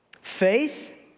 faith